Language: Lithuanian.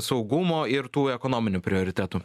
saugumo ir tų ekonominių prioritetų